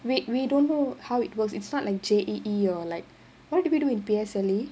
wait we don't know how it works it's not like J_A_E or like what did we do in P_S_L_E